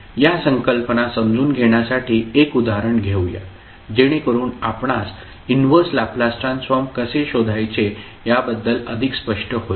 या संकल्पना समजून घेण्यासाठी एक उदाहरण घेऊया जेणेकरुन आपणास इनव्हर्स लॅपलास ट्रान्सफॉर्म कसे शोधायचे याबद्दल अधिक स्पष्ट होईल